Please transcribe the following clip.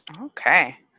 Okay